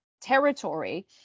territory